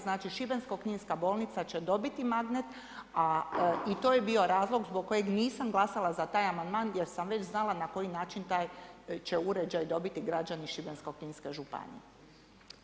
Znači Šibensko-kninska bolnica će dobiti magnet i to je bio razlog zbog kojeg nisam glasala za taj amandman jer sam već znala na koji način taj će uređaj dobiti građani Šibensko-kninske županije.